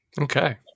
Okay